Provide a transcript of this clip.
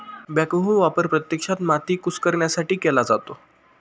backhoe वापर प्रत्यक्षात माती कुस्करण्यासाठी केला जातो